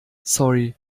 sorry